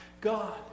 God